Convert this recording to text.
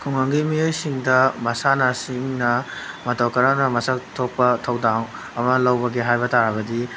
ꯈꯨꯡꯒꯪꯒꯤ ꯃꯤꯑꯣꯏꯁꯤꯡꯗ ꯃꯁꯥꯟꯅꯁꯤꯡꯅ ꯃꯇꯨ ꯀꯔꯝꯅ ꯃꯁꯛ ꯊꯣꯛꯄ ꯊꯧꯗꯥꯡ ꯑꯃ ꯂꯧꯕꯒꯦ ꯍꯥꯏꯕ ꯇꯥꯔꯕꯗꯤ